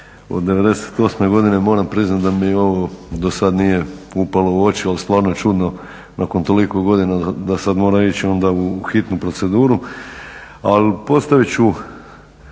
od '98.godine. Moram priznati da mi ovo do sada nije upalo u oči ali stvarno je čudno nakon toliko godina da sada mora ići onda u hitnu proceduru. Ali postavit ću